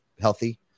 healthy